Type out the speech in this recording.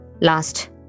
Last